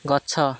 ଗଛ